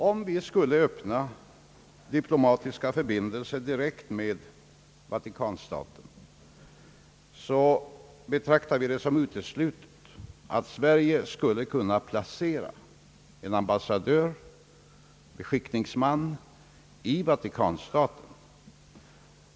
Om vi skulle öppna diplomatiska förbindelser direkt med Vatikanstaten, betraktar vi det som uteslutet att Sverige skulle kunna placera en ambassadör eller över huvud taget en beskickningsman i själva Vatikanstaten.